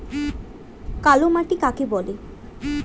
কালোমাটি কাকে বলে?